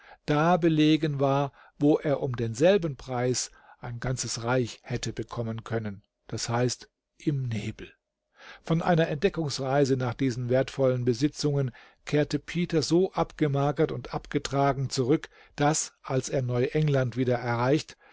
da belegen war wo er um denselben preis ein ganzes reich hätte bekommen können d h im nebel von einer entdeckungsreise nach diesen wertvollen besitzungen kehrte peter so abgemagert und abgetragen zurück daß als er neu england wieder erreicht